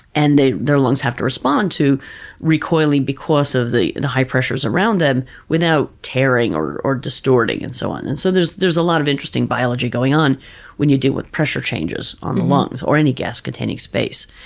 and their lungs have to respond to recoiling because of the the high pressures around them without tearing, or or distorting, and so on. and so there's there's a lot of interesting biology going on when you deal with pressure changes on the lungs or any gas-containing space.